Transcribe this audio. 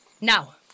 Now